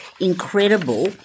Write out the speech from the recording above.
incredible